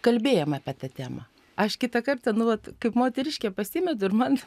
kalbėjom apie tą temą aš kitą kartą nu vat kaip moteriškė pasimetu ir man